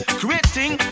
creating